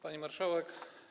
Pani Marszałek!